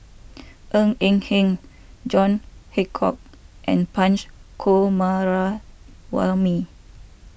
Ng Eng Hen John Hitchcock and Punch Coomaraswamy